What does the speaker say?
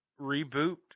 reboot